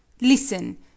Listen